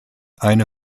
eine